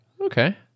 okay